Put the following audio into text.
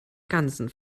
ganzen